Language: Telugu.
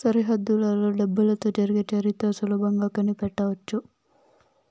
సరిహద్దులలో డబ్బులతో జరిగే చరిత్ర సులభంగా కనిపెట్టవచ్చు